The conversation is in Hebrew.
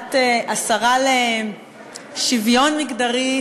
והשרה לשוויון מגדרי,